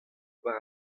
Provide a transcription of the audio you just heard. war